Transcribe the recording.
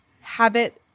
habit-